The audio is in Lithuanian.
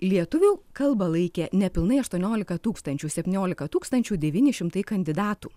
lietuvių kalbą laikė nepilnai aštuoniolika tūkstančių septyniolika tūkstančių devyni šimtai kandidatų